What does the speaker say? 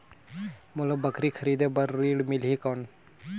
मोला बकरी खरीदे बार ऋण मिलही कौन?